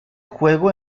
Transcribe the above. juego